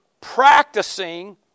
practicing